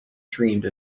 dreamed